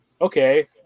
okay